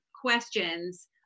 questions